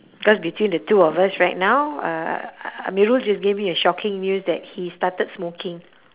cause between the two of us right now uh amirul just gave me a shocking news that he started smoking